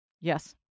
Yes